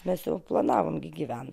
mes jau planavom gi gyvent